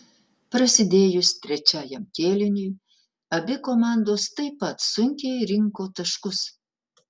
prasidėjus trečiajam kėliniui abi komandos taip pat sunkiai rinko taškus